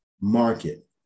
market